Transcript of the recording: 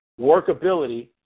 workability